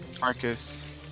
Marcus